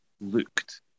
looked